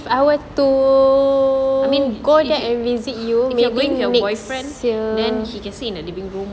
I mean if you're going with your boyfriend then he can sleep in the living room